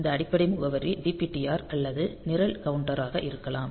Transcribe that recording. இந்த அடிப்படை முகவரி DPTR அல்லது நிரல் கவுண்டராக இருக்கலாம்